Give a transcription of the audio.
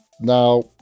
now